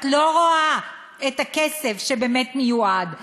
את לא רואה את הכסף שבאמת מיועד לכך.